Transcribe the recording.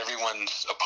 Everyone's